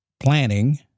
Planning